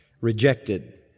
rejected